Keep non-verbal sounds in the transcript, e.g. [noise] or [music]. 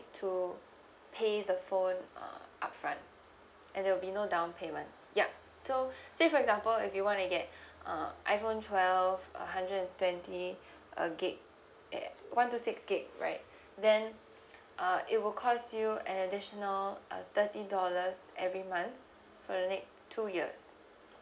to pay the phone uh upfront and there will be no down payment yup so [breath] say for example if you want to get [breath] uh iphone twelve a hundred and twenty [breath] uh gig at one two six gig right [breath] then uh it will cost you an additional uh thirty dollars every month for the next two years